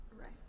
Right